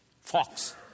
Fox